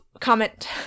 comment